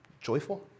joyful